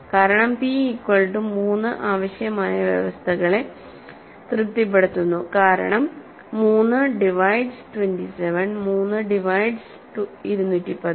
കാരണം p equal to 3 ആവശ്യമായ വ്യവസ്ഥകളെ തൃപ്തിപ്പെടുത്തുന്നു കാരണം 3 ഡിവൈഡ്സ് 27 3 ഡിവൈഡ്സ് 213